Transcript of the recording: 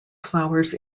flowers